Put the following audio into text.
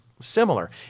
Similar